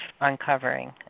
uncovering